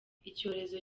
icyorezo